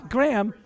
Graham